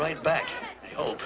right back old